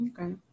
Okay